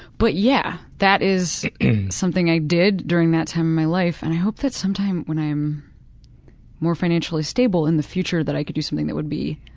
but yeah, that is something i did during that time in my life, and i hope that sometime when i'm more financially stable in the future, that i could do something that would be